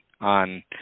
on